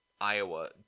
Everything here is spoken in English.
Iowa